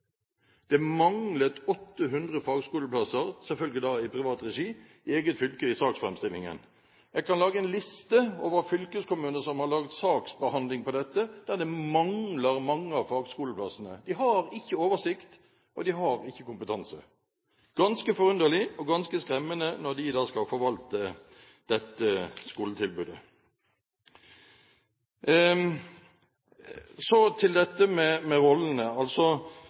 i saksframstillingen. Jeg kan lage en liste over fylkeskommuner som har laget en saksframstilling der mange av fagskoleplassene mangler. De har ikke oversikt, og de har ikke kompetanse – ganske forunderlig og ganske skremmende når de skal forvalte dette skoletilbudet. Så til dette med rollene.